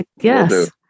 Yes